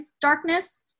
darkness